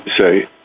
say